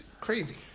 Crazy